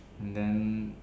and then